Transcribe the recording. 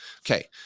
Okay